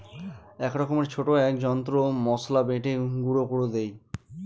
এক রকমের ছোট এক যন্ত্র মসলা বেটে গুঁড়ো করে দেয়